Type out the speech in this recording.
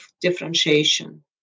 differentiation